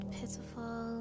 pitiful